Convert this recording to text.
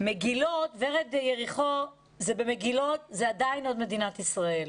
ורד יריחו זה מגילות וזה עדיין מדינת ישראל.